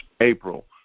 April